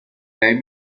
lei